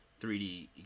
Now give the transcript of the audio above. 3D